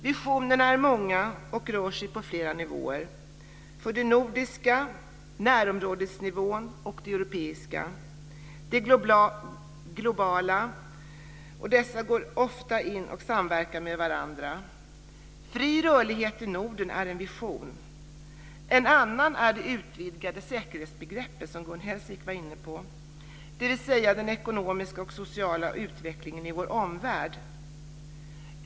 Visionerna är många och rör sig på flera nivåer - den nordiska, närområdesnivån, den europeiska och den globala - och dessa går ofta in i och samverkar med varandra. Fri rörlighet i Norden är en vision. En annan rör det utvidgade säkerhetsbegreppet, som Gun Hellsvik var inne på, dvs. den ekonomiska och sociala utvecklingen i vår omvärld.